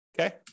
okay